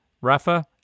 Rafa